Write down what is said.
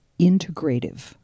integrative